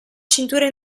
cintura